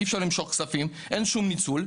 אי אפשר למשוך כספים, אין שום ניצול.